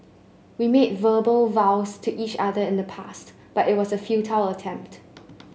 we made verbal vows to each other in the past but it was a futile attempt